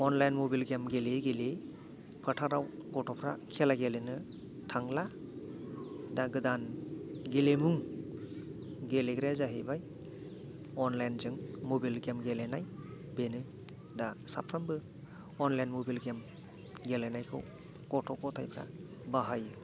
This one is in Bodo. अनलाइन मबाइल गेम गेलेयै गेलेयै फोथाराव गथ'फ्रा खेला गेलेनो थांला दा गोदान गेले मु गेलेग्राया जाहैबाय अनलाइन जों मबाइल गेम गेलेनाय बेनो दा साफ्रोमबो अनलाइन मबाइल गेम गेलेनाय खौ गथ' गथायफ्रा बाहायो